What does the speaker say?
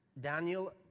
Daniel